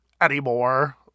Anymore